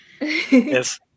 Yes